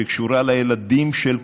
שקשורה לילדים של כולנו,